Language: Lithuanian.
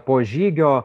po žygio